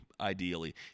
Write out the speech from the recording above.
ideally